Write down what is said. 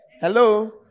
Hello